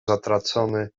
zatracony